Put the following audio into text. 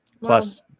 plus